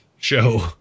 show